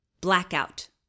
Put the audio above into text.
Blackout